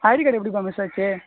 ID card எப்படிப்பா miss ஆச்சு